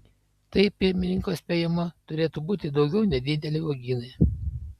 tai pirmininko spėjimu turėtų būti daugiau nedideli uogynai